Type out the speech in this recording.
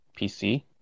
PC